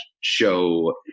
show